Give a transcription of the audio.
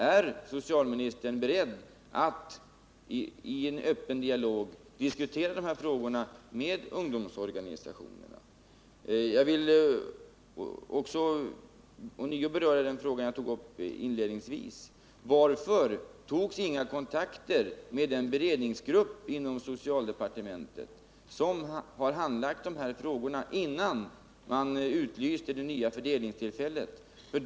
Är socialministern beredd att i en öppen dialog diskutera dessa frågor med ungdomsorganisationerna? Jag vill också ånyo beröra den fråga som jag inledningsvis tog upp. Varför togs inga kontakter med den beredningsgrupp inom socialdepartementet som har handlagt dessa frågor, innan man utlyste det nya fördelningstillfället?